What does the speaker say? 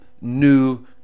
new